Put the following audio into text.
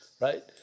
Right